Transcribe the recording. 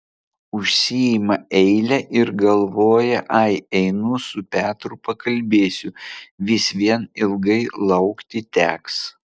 užsiima eilę ir galvoja ai einu su petru pakalbėsiu vis vien ilgai laukti teks